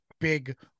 big